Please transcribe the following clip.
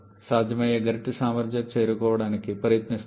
సాధ్యమయ్యే గరిష్ట సామర్థ్యాన్ని చేరుకోవడానికి ప్రయత్నిస్తుంది